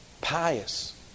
pious